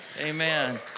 Amen